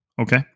Okay